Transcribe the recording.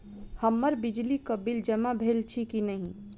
हम्मर बिजली कऽ बिल जमा भेल अछि की नहि?